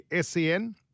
Sen